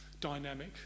dynamic